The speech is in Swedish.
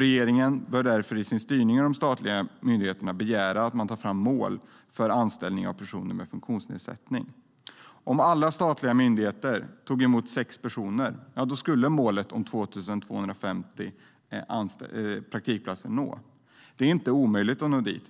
Regeringen bör därför i sin styrning av de statliga myndigheterna begära att man tar fram mål för anställning av personer med funktionsnedsättning. Om alla statliga myndigheter tog emot sex personer skulle målet om 2 250 praktikplatser nås. Detta är inte omöjligt